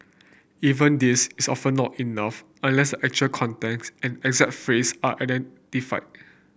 even this is often not enough unless actual context and exact phrase are identified